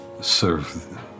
serve